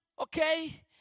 Okay